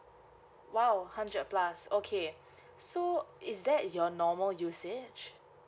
!wow! hundred plus okay so is that your normal usage